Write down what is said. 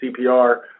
CPR